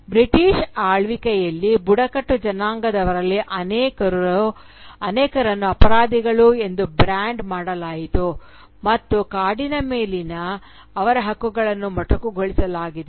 British ಆಳ್ವಿಕೆಯಲ್ಲಿ ಬುಡಕಟ್ಟು ಜನಾಂಗದವರಲ್ಲಿ ಅನೇಕರನ್ನು ಅಪರಾಧಿಗಳು ಎಂದು ಬ್ರಾಂಡ್ ಮಾಡಲಾಯಿತು ಮತ್ತು ಕಾಡಿನ ಮೇಲಿನ ಅವರ ಹಕ್ಕುಗಳನ್ನು ಮೊಟಕುಗೊಳಿಸಲಾಯಿತು